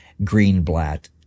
Greenblatt